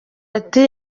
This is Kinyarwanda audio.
ati